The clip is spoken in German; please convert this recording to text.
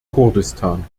kurdistan